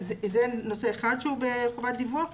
זה נושא אחד שהוא בחובת דיווח.